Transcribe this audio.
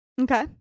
Okay